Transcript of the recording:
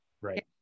Right